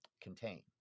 contain